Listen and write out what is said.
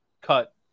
cut